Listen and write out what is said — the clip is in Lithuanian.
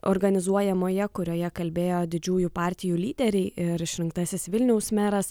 organizuojamoje kurioje kalbėjo didžiųjų partijų lyderiai ir išrinktasis vilniaus meras